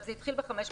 זה התחיל ב-550,